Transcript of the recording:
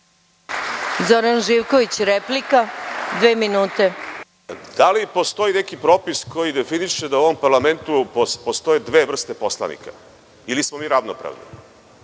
Zoran Živković, replika. **Zoran Živković** Da li postoji neki propis koji definiše da u ovom parlamentu postoje dve vrste poslanika ili smo mi ravnopravni?